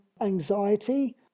anxiety